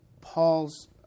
Paul's